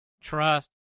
trust